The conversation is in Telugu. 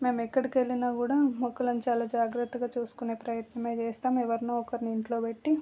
మేము ఎక్కడికి వెళ్ళిన కూడ మొక్కలను చాలా జాగ్రత్తగా చూసుకొనే ప్రయత్నమే చేస్తాం ఎవరినో ఒకరిని ఇంట్లో పెట్టి